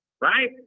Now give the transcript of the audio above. right